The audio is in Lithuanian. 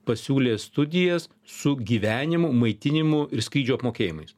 pasiūlė studijas su gyvenimu maitinimu ir skrydžio apmokėjimais